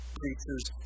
preachers